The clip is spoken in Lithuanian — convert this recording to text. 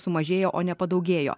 sumažėjo o nepadaugėjo